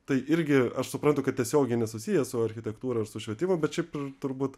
tai irgi aš suprantu kad tiesiogiai nesusiję su architektūra ir su švietimu bet šiaip turbūt